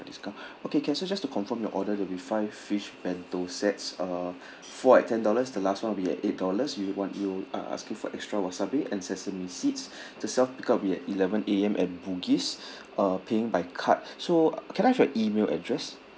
discount okay can so just to confirm your order to be five fish bento sets uh four at ten dollars the last [one] will be at eight dollars you want you are asking for extra wasabi and sesame seeds to self pick up at eleven A_M at bugis uh paying by card so can I have your email address